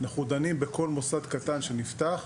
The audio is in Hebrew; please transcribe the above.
אנחנו דנים בכל מוסד קטן שנפתח.